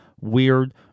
weird